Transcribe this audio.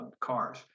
cars